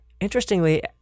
interestingly